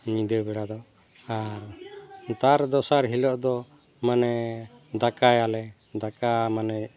ᱧᱤᱫᱟᱹ ᱵᱮᱲᱟ ᱫᱚ ᱟᱨ ᱛᱟᱨ ᱫᱚᱥᱟᱨ ᱦᱤᱞᱳᱜ ᱫᱚ ᱢᱟᱱᱮ ᱫᱟᱠᱟᱭᱟᱞᱮ ᱫᱟᱠᱟ ᱢᱟᱱᱮ